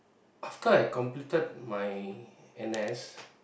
after I completed my N_S